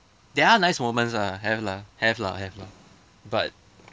there are nice moments ah have lah have lah but